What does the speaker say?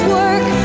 work